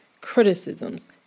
criticisms